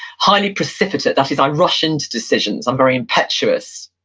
highly precipitant, that is i rush into decisions, i'm very impetuous.